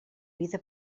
vida